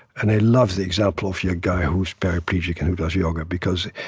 and i love the example of your guy who's paraplegic and who does yoga because,